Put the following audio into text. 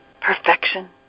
perfection